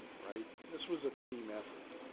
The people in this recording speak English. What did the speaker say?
right? this was a team effort.